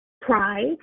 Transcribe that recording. Pride